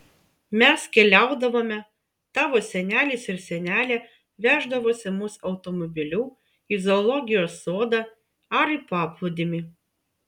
mes keliaudavome tavo senelis ir senelė veždavosi mus automobiliu į zoologijos sodą ir į paplūdimį